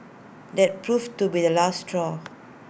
that proved to be the last straw